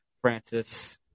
Francis